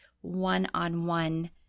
one-on-one